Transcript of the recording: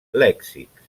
lèxics